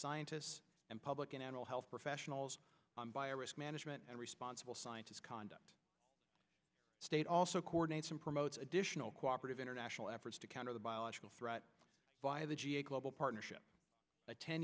scientists and public and animal health professionals bio risk management and responsible scientists conduct state also coordinates and promote additional cooperative international efforts to counter the biological threat by the g eight global partnership a ten